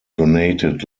donated